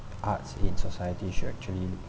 arts in society should actually